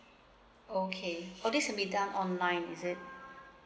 okay orh this can be done online is it